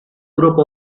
groups